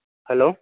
hello